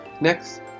Next